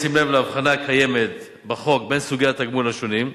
בשים לב להבחנה הקיימת בחוק בין סוגי התגמול השונים,